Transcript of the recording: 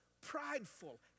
prideful